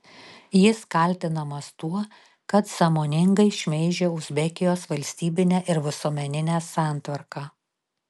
jis kaltinamas tuo kad sąmoningai šmeižė uzbekijos valstybinę ir visuomeninę santvarką